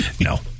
No